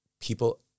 people